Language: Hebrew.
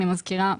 אני מזכירה,